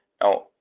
Now